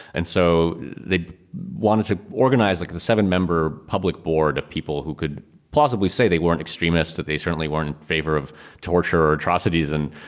and so they wanted to organize like the seven member public board of people who could plausibly say they weren't extremist, that they certainly weren't in favor of torture or atrocities. and,